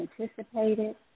anticipated